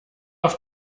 auf